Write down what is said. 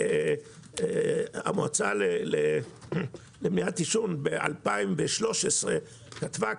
המועצה למניעת עישון ב-2013 כתבה,